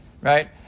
right